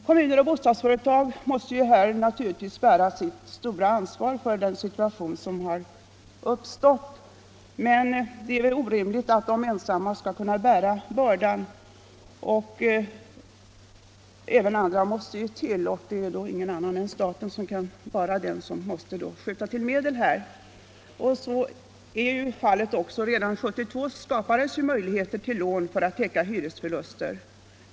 Kommuner och bostadsföretag måste naturligtvis bära sitt stora ansvar för den situation som har uppstått. Men det är väl orimligt att de ensamma skall bära bördan. Även andra måste till, och det är då bara staten som här kan skjuta till medel. Redan 1972 skapades också möjlighet till lån för att täcka hyresförluster.